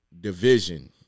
division